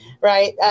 right